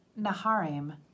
Naharim